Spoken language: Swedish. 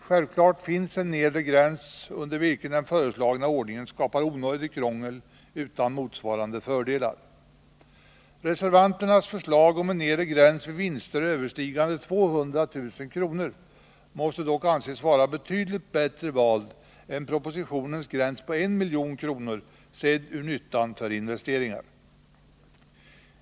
Självfallet finns en nedre gräns under vilken den föreslagna ordningen skapar onödigt krångel utan motsvarande fördelar. Reservanternas förslag om en nedre gräns vid vinster överstigande 200 000 kr. måste dock anses vara betydligt bättre vald än propositionens gräns på 1 milj.kr., med hänsyn till nyttan för investeringarna.